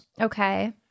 Okay